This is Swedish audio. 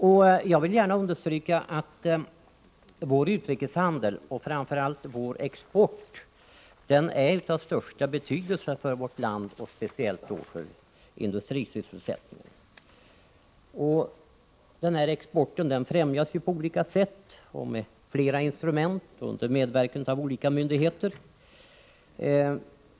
Jag vill gärna understryka att vår utrikeshandel, framför allt vår export, är av största betydelse för vårt land, speciellt för industrisysselsättningen. Exporten främjas på olika sätt, med flera instrument och under medverkan av olika myndigheter.